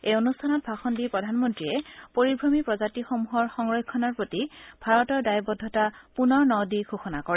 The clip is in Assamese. এই অনুষ্ঠানত ভাষণ দি প্ৰধানমন্ত্ৰীয়ে পৰিভ্ৰমী প্ৰজাতিসমূহৰ সংৰক্ষণৰ প্ৰতি ভাৰতৰ দায়বদ্ধতা পুনৰ ন দি ঘোষণা কৰে